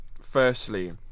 firstly